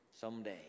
someday